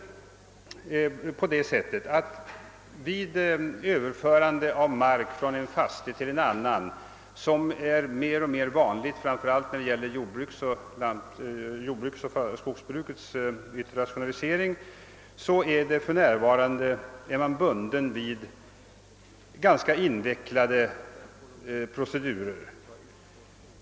Vid överförande av mark från en fastighet till en annan, som ju blir allt vanligare, framför allt vid jordbrukets och skogsbrukets rationalisering, är man för närvarande bunden vid ganska invecklade procedurer.